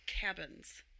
cabins